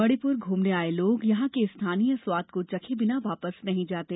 मणिपुर घूमने आए लोग यहां के स्थानीय स्वाद को चखे बिना वापस नहीं जाते